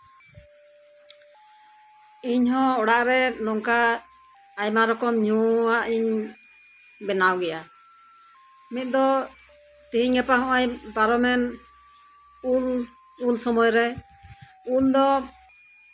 ᱤᱧᱦᱚᱸ ᱚᱲᱟᱜᱨᱮ ᱱᱚᱝᱠᱟ ᱟᱭᱢᱟ ᱨᱚᱠᱚᱢ ᱧᱩ ᱟᱜ ᱤᱧ ᱵᱮᱱᱟᱣᱜᱮᱭᱟ ᱱᱤᱛ ᱫᱚ ᱛᱮᱦᱮᱧ ᱜᱟᱯᱟ ᱱᱚᱜᱼᱚᱭ ᱯᱟᱨᱚᱢᱮᱱ ᱩᱞ ᱩᱞ ᱥᱚᱢᱚᱭᱨᱮ ᱩᱞ ᱫᱚ